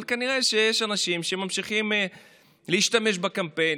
אבל כנראה שיש אנשים שממשיכים להשתמש בו בקמפיין.